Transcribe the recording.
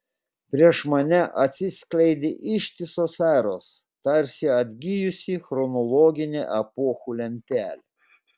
prieš mane atsiskleidė ištisos eros tarsi atgijusi chronologinė epochų lentelė